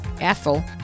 Ethel